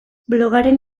blogaren